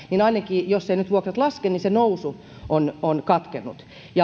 jos eivät nyt vuokrat laske niin se nousu on ainakin katkennut